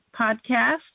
podcast